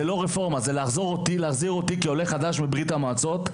זה להחזיר אותי להיות אזרח בברית המועצות,